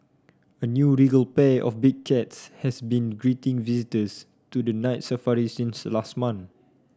a new regal pair of big cats has been greeting visitors to the Night Safari since last month